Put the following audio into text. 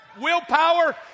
willpower